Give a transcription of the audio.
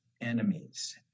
enemies